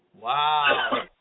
Wow